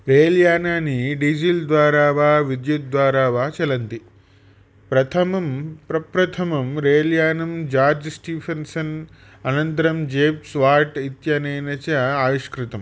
रेल्यानानि diesel द्वारा वा विद्युत्द्वारा वा चलन्ति प्रथमं प्रप्रथमं रेल्यानं जार्ज् स्टीफन्सन् अनन्तरं जेम्स् वाट् इत्यनेन च आविष्कृतम्